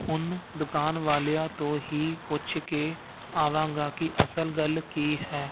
ਹੁਣ ਦੁਕਾਨ ਵਾਲਿਆਂ ਤੋਂ ਹੀ ਪੁੱਛ ਕੇ ਆਵਾਂਗਾ ਕਿ ਅਸਲ ਗੱਲ ਕੀ ਹੈ